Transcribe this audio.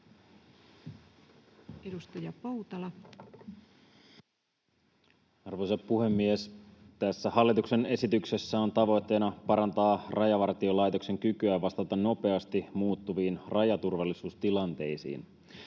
Arvoisa puhemies! Tässä hallituksen esityksessä on tavoitteena parantaa Rajavartiolaitoksen kykyä vastata nopeasti muuttuviin rajaturvallisuustilanteisiin.